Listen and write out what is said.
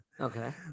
Okay